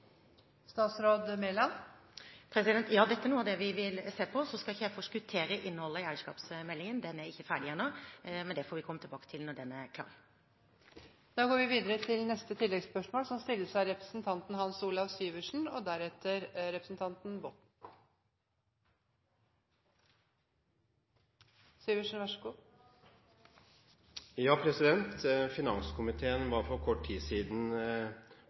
Ja, dette er noe av det vi vil se på. Jeg skal ikke forskuttere innholdet i eierskapsmeldingen, den er ikke ferdig ennå, men det får vi komme tilbake til når den er